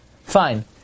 Fine